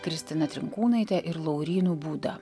kristina trinkūnaitė ir laurynu būda